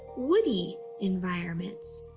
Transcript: woody environments.